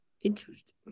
Interesting